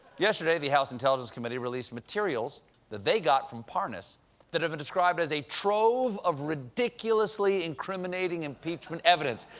yesterday, the house intelligence committee released materials that they got from parnas that have been described as a trove of ridiculously incriminating impeachment evidence.